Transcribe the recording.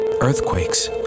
Earthquakes